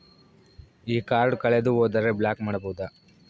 ಈ ಕಾರ್ಡ್ ಕಳೆದು ಹೋದರೆ ಬ್ಲಾಕ್ ಮಾಡಬಹುದು?